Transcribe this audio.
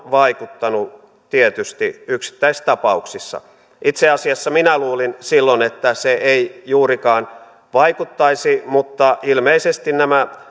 vaikuttanut tietysti yksittäistapauksissa itse asiassa minä luulin silloin että se ei juurikaan vaikuttaisi mutta ilmeisesti nämä